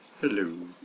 Hello